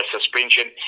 Suspension